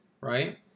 right